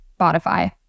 Spotify